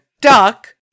duck